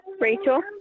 Rachel